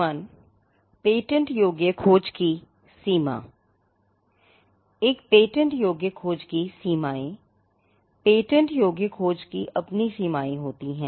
एक पेटेंट योग्य खोज की सीमाएँ पेटेंट योग्य खोज की अपनी सीमाएँ हैं